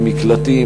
מקלטים,